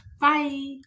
Bye